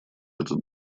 этот